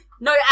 no